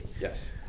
yes